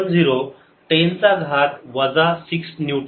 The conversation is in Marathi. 70 10 चा घात वजा 6 न्यूटन